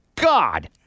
God